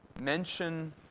mention